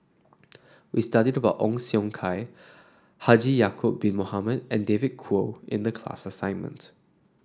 we studied about Ong Siong Kai Haji Ya'acob Bin Mohamed and David Kwo in the class assignment